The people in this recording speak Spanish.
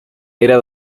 era